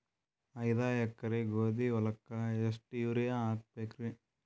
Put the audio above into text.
ಐದ ಎಕರಿ ಗೋಧಿ ಹೊಲಕ್ಕ ಎಷ್ಟ ಯೂರಿಯಹಾಕಬೆಕ್ರಿ?